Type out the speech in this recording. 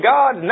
God